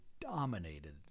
dominated